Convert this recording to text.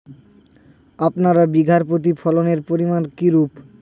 আপনার বিঘা প্রতি ফলনের পরিমান কীরূপ?